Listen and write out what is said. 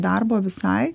darbo visai